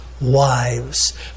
wives